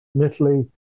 Italy